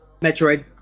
Metroid